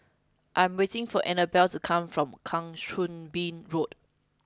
I am waiting for Annabella to come back from Kang Choo Bin Road